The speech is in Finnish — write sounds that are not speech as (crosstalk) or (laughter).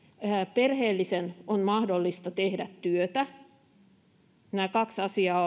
perheellisen on mahdollista tehdä työtä eli nämä kaksi asiaa (unintelligible)